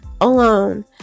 alone